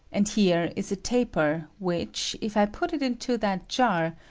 and here is a taper which, if i put it into that jar,